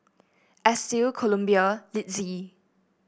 Estill Columbia Litzy